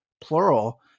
plural